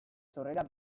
sorrera